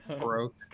broke